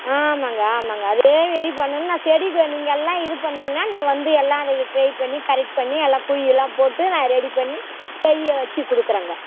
ஆமாங்க ஆமாங்க அதே மாரி பண்ணணும்னா நான் செடிக்கு நீங்கள் எல்லாம் இது பண்ணிங்கன்னால் நான் வந்து எல்லாம் அதுக்கு டிரை பண்ணி கரெக்ட் பண்ணி எல்லாம் குழியெல்லாம் போட்டு நான் ரெடி பண்ணி செடியை வெச்சு கொடுக்குறேங்க